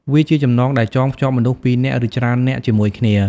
វាជាចំណងដែលចងភ្ជាប់មនុស្សពីរនាក់ ឬច្រើននាក់ជាមួយគ្នា។